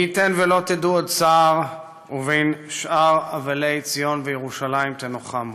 מי ייתן ולא תדעו עוד צער ובין שאר אבלי ציון וירושלים תנוחמו.